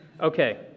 Okay